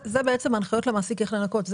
אלה ההנחיות למעסיק איך לנכות.